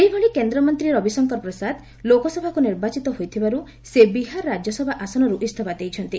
ସେହିଭଳି କେନ୍ଦ୍ରମନ୍ତ୍ରୀ ରବିଶଙ୍କର ପ୍ରସାଦ ଲୋକସଭାକୁ ନିର୍ବାଚିତ ହୋଇଥିବାରୁ ସେ ବିହାର ରାଜ୍ୟସଭା ଆସନରୁ ଇଞ୍ଜଫା ଦେଇଛନ୍ତି